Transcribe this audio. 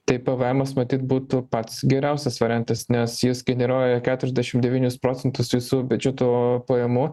tai pvemas matyt būtų pats geriausias variantas nes jis generuoja keturiasdešim devynis procentus visų biudžeto pajamų